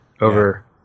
over